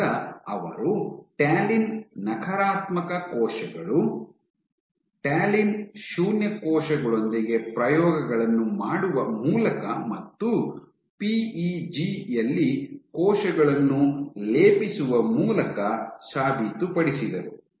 ಆದ್ದರಿಂದ ಅವರು ಟ್ಯಾಲಿನ್ ನಕಾರಾತ್ಮಕ ಕೋಶಗಳು ಟ್ಯಾಲಿನ್ ಶೂನ್ಯ ಕೋಶಗಳೊಂದಿಗೆ ಪ್ರಯೋಗಗಳನ್ನು ಮಾಡುವ ಮೂಲಕ ಮತ್ತು ಪಿಇಜಿ ಯಲ್ಲಿ ಕೋಶಗಳನ್ನು ಲೇಪಿಸುವ ಮೂಲಕ ಸಾಬೀತುಪಡಿಸಿದರು